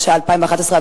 התשע"א 2011,